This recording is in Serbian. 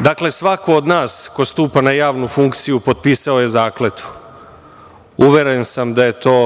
Dakle, svako od nas ko stupa na javnu funkciju potpisao je zakletvu. Uveren sam da je to